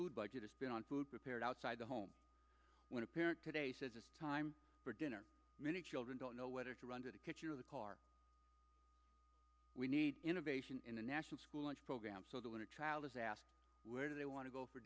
food budget is spent on food prepared outside the home when a parent today says it's time for dinner many children don't know whether to run to get your the car we need innovation in the national school lunch program so that when a child is asked where they want to go for